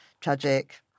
tragic